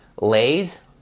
Lay's